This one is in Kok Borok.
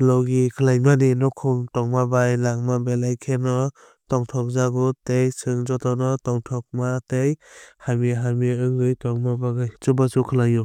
Logi khlainai nukhung tongma bai langma belai kheno tongthokjago tei chwng jotono tongthokma tei hamya hamya wngwi tongna bagwi chubachu khlaio.